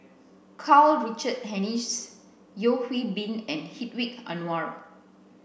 Karl Richard Hanitsch Yeo Hwee Bin and Hedwig Anuar